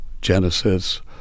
Genesis